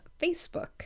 Facebook